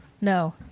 No